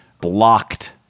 blocked